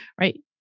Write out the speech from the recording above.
right